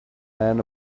men